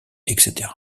etc